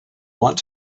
want